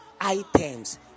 items